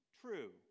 true